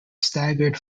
staggered